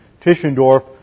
Tischendorf